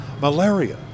malaria